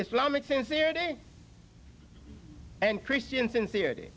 islamic sincerity and christian sincerity